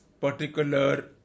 particular